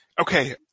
Okay